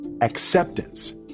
acceptance